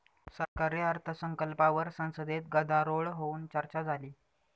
सरकारी अर्थसंकल्पावर संसदेत गदारोळ होऊन चर्चा झाली